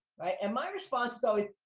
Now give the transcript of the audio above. right? and my response is always,